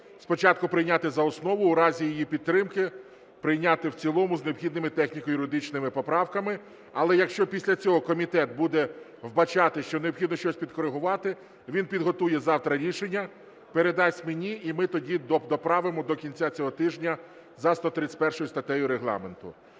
спочатку прийняти за основу, у разі її підтримки прийняти в цілому з необхідними техніко-юридичними поправками. Але якщо після цього комітет буде вбачати, що необхідно щось підкоригувати, він підготує завтра рішення, передасть мені і ми тоді доправимо до кінця цього тижня за 131 статтею Регламенту.